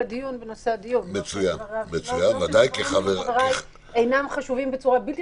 שהדברים של חבריי אינם חשובים בצורה בלתי